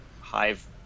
hive